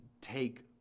take